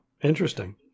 interesting